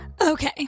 Okay